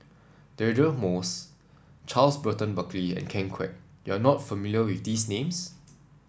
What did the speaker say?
Deirdre Moss Charles Burton Buckley and Ken Kwek you are not familiar with these names